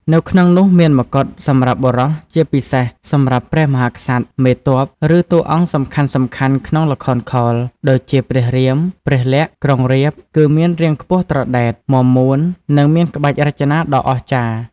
នៅក្នុងនោះមានមកុដសម្រាប់បុរស ជាពិសេសសម្រាប់ ព្រះមហាក្សត្រ មេទ័ព ឬតួអង្គសំខាន់ៗក្នុងល្ខោនខោល ដូចជាព្រះរាម ព្រះលក្ខណ៍ ក្រុងរាពណ៍គឺមាន រាងខ្ពស់ត្រដែត មាំមួន និងមានក្បាច់រចនាដ៏អស្ចារ្យ។